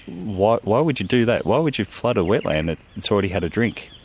why why would you do that, why would you flood a wetland that has already had a drink?